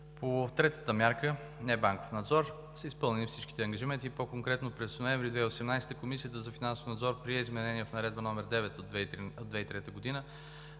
По третата мярка – „Небанков надзор“, са изпълнени всички ангажименти и по-конкретно през ноември 2018 г. Комисията за финансов надзор прие изменения в Наредба № 9 от 2003 г. за